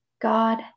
God